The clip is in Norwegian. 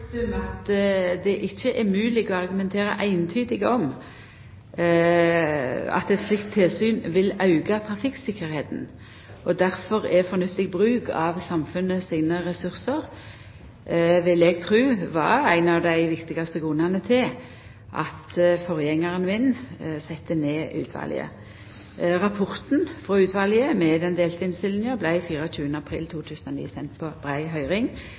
å argumentera eintydig for at eit slikt tilsyn vil auka trafikktryggleiken og difor er fornuftig bruk av samfunnet sine ressursar, vil eg tru var ein av dei viktigaste grunnane til at forgjengaren min sette ned utvalet. Rapporten frå utvalet, med den delte innstillinga, vart 24. april 2009 sendt på brei høyring,